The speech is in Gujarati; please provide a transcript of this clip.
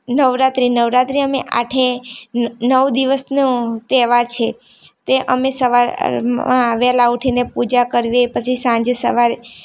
નવરાત્રિ નવરાત્રિ અમે આઠે નવ દિવસનો તહેવાર છે તે અમે સવારે વહેલાં ઉઠીને પૂજા કરવી પછી સાંજે સવારે